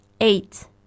Eight